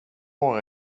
vara